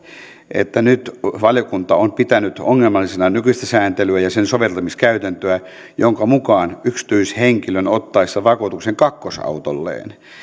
että valiokunta on pitänyt ongelmallisena nykyistä sääntelyä ja sen soveltamiskäytäntöä jonka mukaan yksityishenkilön ottaessa vakuutuksen kakkosautolleen